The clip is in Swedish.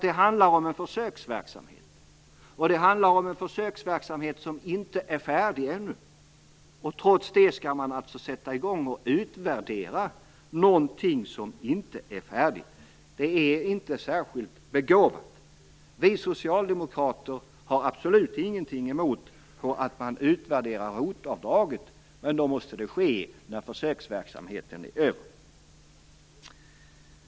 Det handlar ju om en försöksverksamhet som inte ännu är färdig. Trots det vill man alltså sätta i gång att utvärdera! Det är inte särskilt begåvat. Vi socialdemokrater har absolut ingenting emot att man utvärderar ROT-avdraget, men då måste det ske när försöksverksamheten är över.